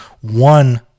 one